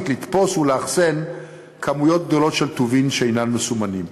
לתפוס ולאחסן כמויות גדולות של טובין שאינם מסומנים.